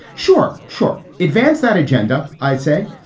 sure, sure. advance that agenda, i say.